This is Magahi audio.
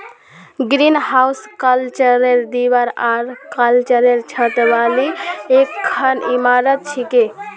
ग्रीनहाउस कांचेर दीवार आर कांचेर छत वाली एकखन इमारत छिके